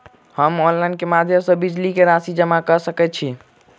हम ऑनलाइन केँ माध्यम सँ बिजली कऽ राशि जमा कऽ सकैत छी?